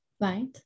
right